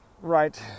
Right